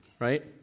Right